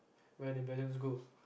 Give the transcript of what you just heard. where the balance go